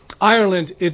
Ireland